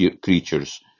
creatures